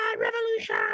revolution